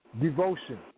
devotion